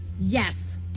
Yes